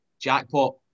jackpot